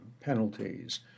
penalties